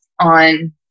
on